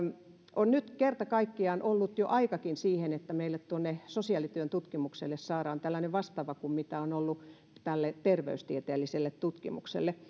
on nyt kerta kaikkiaan ollut jo aikakin siihen että meille tuonne sosiaalityön tutkimukselle saadaan tällainen vastaava kuin mitä on ollut tälle terveystieteelliselle tutkimukselle